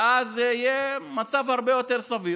ואז יהיה מצב הרבה יותר סביר,